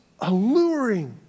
alluring